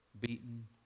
beaten